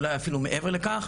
אולי אפילו מעבר לכך,